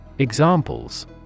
Examples